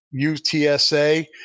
UTSA